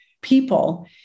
people